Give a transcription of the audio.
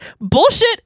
Bullshit